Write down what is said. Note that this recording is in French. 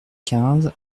quinze